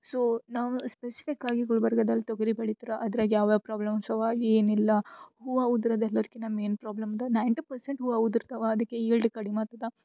so ನಾವು specific ಆಗಿ ಗುಲ್ಬರ್ಗದಲ್ಲಿ ತೊಗರಿ ಬೆಳಿತಾರ ಅದ್ರಾಗೆ ಯಾವ್ಯಾವ ಪ್ರಾಬ್ಲಮ್ಸ್ ಅವ ಏನಿಲ್ಲ ಹೂವು ಉದ್ರೋದು ಎಲ್ಲಾರ್ಕಿನ್ನ ಮೇಯ್ನ್ ಪ್ರಾಬ್ಲಮ್ದ ನೈನ್ಟಿ ಪೆರ್ಸೆಂಟ್ ಹೂವು ಉದುರ್ತಾವ ಅದ್ಕೆ ಈಲ್ಡ್ ಕಡಿಮೆ ಆತದೆ